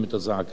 נא לסיים.